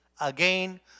again